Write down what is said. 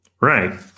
right